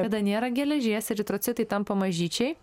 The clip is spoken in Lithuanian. kada nėra geležies eritrocitai tampa mažyčiai